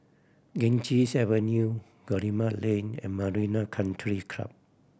Ganges Avenue Guillemard Lane and Marina Country Club